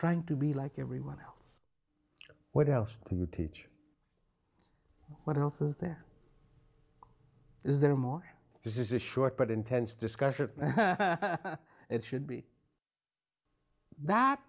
trying to be like everyone else what else to teach what else is there is there more this is a short but intense discussion it should be that